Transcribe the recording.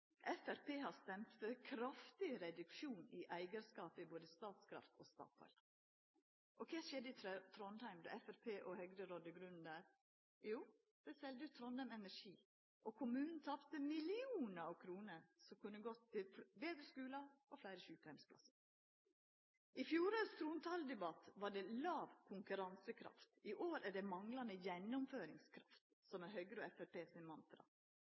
Framstegspartiet har stemt for kraftig reduksjon i eigarskapet i både Statkraft og Statoil. Og kva skjedde i Trondheim då Framstegspartiet og Høgre rådde grunnen der? Jo, dei selde ut Trondheim energi, og kommunen tapte millionar av kroner, som kunne gått til betre skular og fleire sjukeheimplassar. I fjorårets trontaledebatt var det låg konkurransekraft, i år er det manglande gjennomføringskraft som er Høgre og Framstegspartiet sitt mantra.